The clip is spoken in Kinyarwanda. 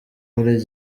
muri